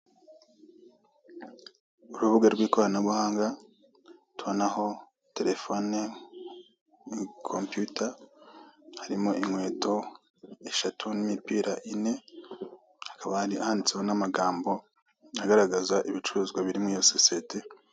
Urubuga rw'ikoranabuhanga tubonaho telefone, kompiyuta, harimo inkweto eshatu n'imipira ine. Hakaba handitseho n'amagambo agaragaza ibicuruzwa biri muriyo sosiyete.